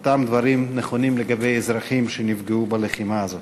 אותם דברים נכונים לגבי אזרחים שנפגעו בלחימה הזאת.